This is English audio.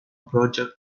project